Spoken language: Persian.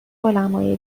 علمای